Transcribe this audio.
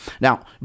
Now